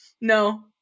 no